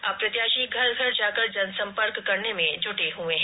अब प्रत्याशी घर घर जाकर जनसंपर्क करने में जुटे हुए है